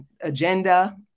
agenda